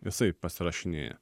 jisai pasirašinėja